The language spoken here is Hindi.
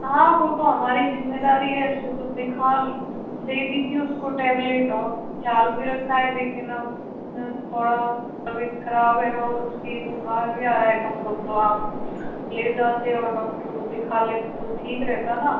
हाँ वो तो हमारी ज़िम्मेदारी है ऐसे तो दिखा दे दी थी उसको टेबलेट और ख्याल भी रखा है लेकिन अब ना थोड़ा तबियत खराब है और उसकी बुखार भी आ रहा है कम कम तो आप ले जाते और डॉक्टर को दिखा लेते तो ठीक रहता ना